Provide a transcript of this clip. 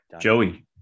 joey